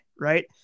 Right